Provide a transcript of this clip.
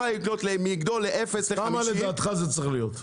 לגדול מ- 0 ל- 50. כמה לדעתך זה צריך להיות?